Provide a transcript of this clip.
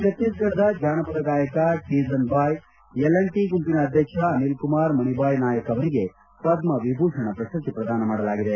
ಛತ್ತೀಸ್ಫಡದ ಜಾನಪದ ಗಾಯಕ Teejan Bai L T ಗುಂಪಿನ ಅಧ್ಯಕ್ಷ ಅನಿಲ್ಕುಮಾರ್ ಮಣಿಬಾಯ್ ನಾಯಕ್ ಅವರಿಗೆ ಪದ್ಮವಿಭೂಷಣ ಪ್ರಶಸ್ತಿ ಪ್ರದಾನ ಮಾಡಲಾಗಿದೆ